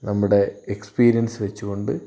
നമ്മുടെ എക്സ്പിരിയൻസ് വെച്ചുകൊണ്ട്